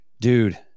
dude